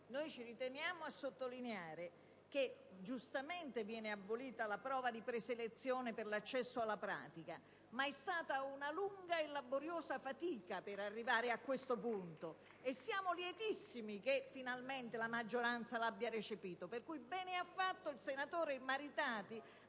noi teniamo a sottolineare che giustamente viene abolita la prova di preselezione per l'accesso alla pratica, ma vi è stata una lunga e laboriosa fatica per arrivare a questo punto e siamo lietissimi che finalmente la maggioranza abbia recepito questa proposta. *(Applausi del senatore Perduca